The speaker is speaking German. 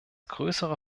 größere